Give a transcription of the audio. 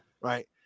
right